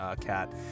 cat